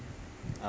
uh